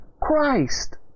Christ